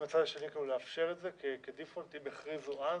מהצד השני לאפשר את זה כדיפולט אם הכריזו אז?